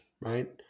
right